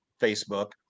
facebook